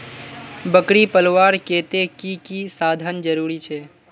बकरी पलवार केते की की साधन जरूरी छे?